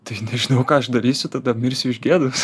tai nežinau ką aš darysiu tada mirsiu iš gėdos